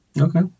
Okay